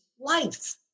life